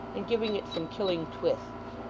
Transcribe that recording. and giving it some killing twists.